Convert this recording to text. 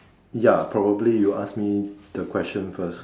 ya probably you ask me the question first